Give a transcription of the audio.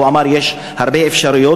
הוא אמר: יש הרבה אפשרויות,